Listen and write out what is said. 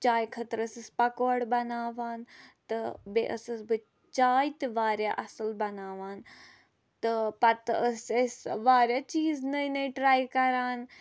چاے خٲطرٕ ٲسٕس پَکوڈٕ بَناوان تہٕ بیٚیہِ ٲسٕس بہٕ چاے تہِ واریاہ اَصٕل بَناوان تہٕ پَتہٕ ٲسۍ أسۍ واراہ چیٖز نٔۍ نٔۍ ٹراے کران